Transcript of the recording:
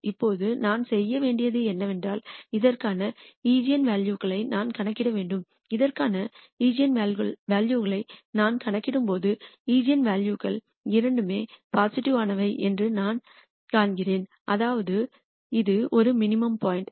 இப்போது நான் செய்ய வேண்டியது என்னவென்றால் இதற்கான ஈஜென்வெல்யூக்களை நான் கணக்கிட வேண்டும் இதற்கான ஈஜென்வெல்யூக்களை நான் கணக்கிடும்போது ஈஜென்வெல்யூக்கள் இரண்டும் பாசிட்டிவ் யானவை என்று நான் காண்கிறேன் அதாவது இது ஒரு மினிமம் பாயிண்ட்